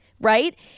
right